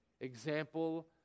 example